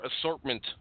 assortment